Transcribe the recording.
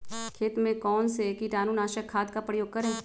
खेत में कौन से कीटाणु नाशक खाद का प्रयोग करें?